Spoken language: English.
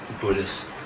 Buddhist